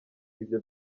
ibyo